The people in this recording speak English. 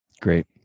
Great